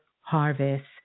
harvest